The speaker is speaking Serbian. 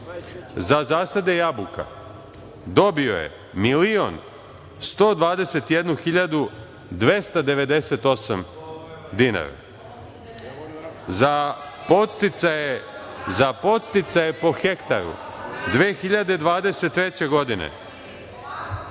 za zasade jabuka dobio je 1.121.298 dinara. Za podsticaje po hektaru 2023.